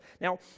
now